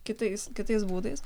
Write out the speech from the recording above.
kitais kitais būdais